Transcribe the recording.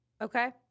Okay